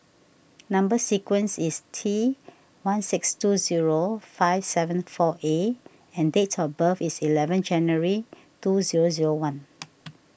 Number Sequence is T one six two zero five seven four A and date of birth is eleven January two zero zero one